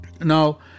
now